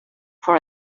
for